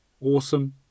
Awesome